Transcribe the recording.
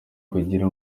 kugira